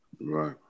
Right